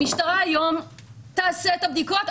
המשטרה היום תעשה את הבדיקות.